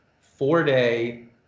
four-day